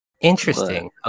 Interesting